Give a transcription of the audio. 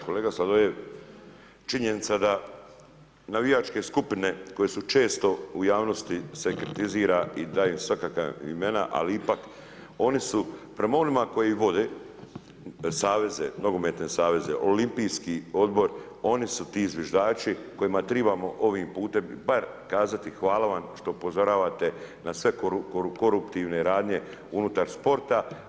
Kolega Sladoljev, činjenica da navijačke skupine koje su često u javnosti se kritizira i daje se svakakva imena, ali ipak, oni su prema onima koji ih vode, saveze, nogometne saveze, olimpijski odbor, oni su ti zviždači, kojima trebamo ovim putem, bar kazati hvala vam što upozoravate na sve koruptivne radnje unutar sporta.